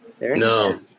No